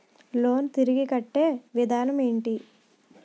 Loan తిరిగి కట్టే విధానం ఎంటి?